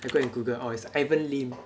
I go and google orh is ivan lim